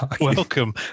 Welcome